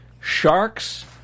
sharks